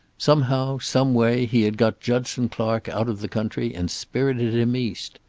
somehow, some way, he had got judson clark out of the country and spirited him east.